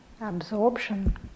absorption